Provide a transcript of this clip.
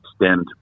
extend